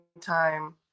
time